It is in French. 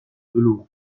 velours